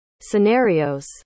scenarios